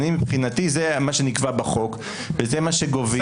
מבחינתי זה מה שנקבע בחוק וזה מה שגובים.